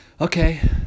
Okay